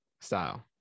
style